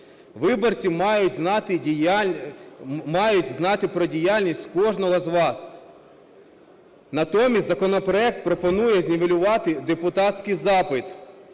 Виборці мають знати про діяльність кожного з вас. Натомість законопроект пропонує знівелювати депутатський запит,